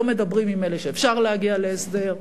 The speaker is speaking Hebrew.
לא מדברים עם אלה שאפשר להגיע אתם להסדר,